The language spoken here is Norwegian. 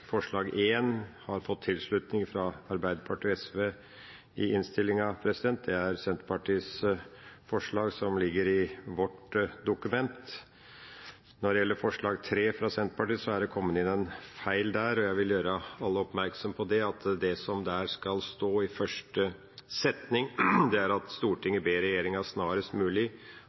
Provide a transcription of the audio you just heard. forslag nr. 1 har fått tilslutning fra Arbeiderpartiet og SV i innstillinga – det er Senterpartiets forslag som ligger i vårt dokument. Når det gjelder forslag nr. 3, fra Senterpartiet, er det kommet inn en feil, og jeg vil gjøre alle oppmerksom på at det som skal stå i første setning, er: «Stortinget ber regjeringa